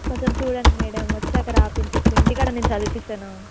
కొంచెం చూడండి మేడమ్ వచ్చాక రాయించవచ్చు ఇంటికాడ నేను చదివిస్తాను